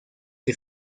que